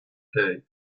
day